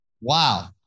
Wow